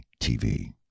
TV